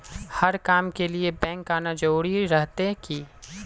हर काम के लिए बैंक आना जरूरी रहते की?